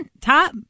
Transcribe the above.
top